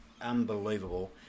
Unbelievable